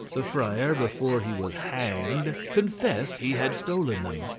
the friar before he was hanged confessed he had stolen them.